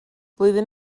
flwyddyn